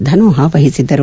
ಧನೋವ ವಹಿಸಿದ್ದರು